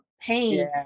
pain